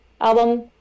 album